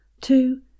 two